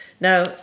Now